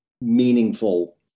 meaningful